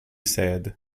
said